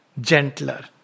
Gentler